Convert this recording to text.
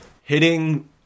hitting